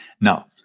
Now